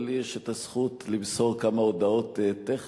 ולי יש את הזכות למסור כמה הודעות טכניות.